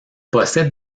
possède